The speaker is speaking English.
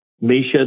Misha